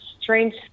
strange